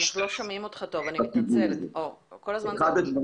בשנת 2019 נשפטו 2,000 נאשמים